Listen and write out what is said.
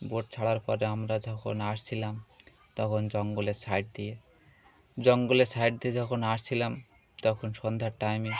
boat ছাড়ার পরে আমরা যখন আসছিলাম তখন জঙ্গলের সাইড দিয়ে জঙ্গলের সাইড দিয়ে যখন আসছিলাম তখন সন্ধ্য্যা টাইমে